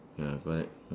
ya correct